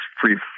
free